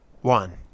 one